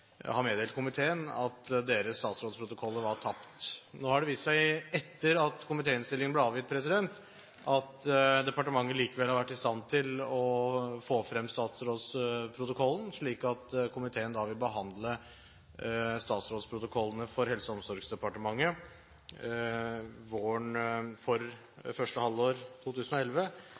har meddelt komiteen at deres statsrådsprotokoller var tapt. Nå har det vist seg – etter at komitéinnstillingen ble avgitt – at departementet likevel har vært i stand til å få frem statsrådsprotokollene. Komiteen vil behandle statsrådsprotokollene for Helse- og omsorgsdepartementet for første halvår 2011